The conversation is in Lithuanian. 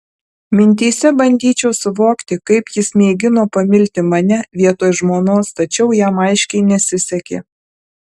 mintyse bandyčiau suvokti kaip jis mėgino pamilti mane vietoj žmonos tačiau jam aiškiai nesisekė